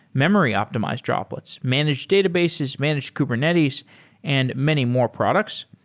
memory optimized droplets, managed databases, managed kubernetes and many more products.